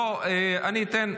בוא, אני אתן.